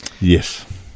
Yes